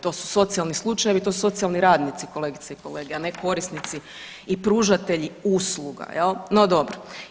To su socijalni slučajevi i to su socijalni radnici kolegice i kolege, a ne korisnici i pružateli usluga jel, no dobro.